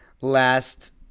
last